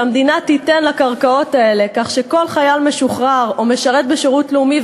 המדינה לקרקעות האלה כך שכל חייל משוחרר או משרת בשירות לאומי,